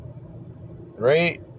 right